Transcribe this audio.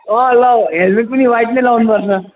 अँ ल हेलमेट पनि ह्वाइट नै लाउनुपर्छ